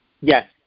yes